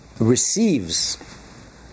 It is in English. receives